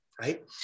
right